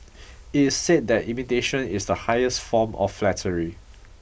it's said that imitation is the highest form of flattery